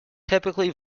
typically